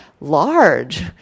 large